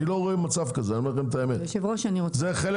אני אומר לכם את האמת, אני לא רואה מצב כזה.